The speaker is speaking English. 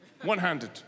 one-handed